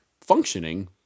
functioning